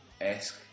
esque